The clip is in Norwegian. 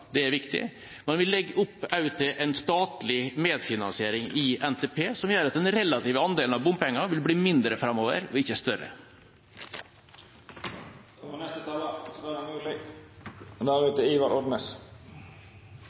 det er viktig – men vi legger også opp til en statlig medfinansiering i NTP som gjør at den relative andelen av bompenger vil bli mindre framover, og ikke større.